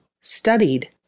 studied